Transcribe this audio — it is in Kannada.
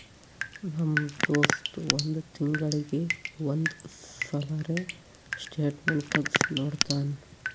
ನಮ್ ದೋಸ್ತ್ ಒಂದ್ ತಿಂಗಳೀಗಿ ಒಂದ್ ಸಲರೇ ಸ್ಟೇಟ್ಮೆಂಟ್ ತೆಗ್ಸಿ ನೋಡ್ತಾನ್